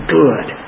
good